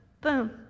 Boom